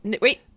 Wait